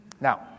Now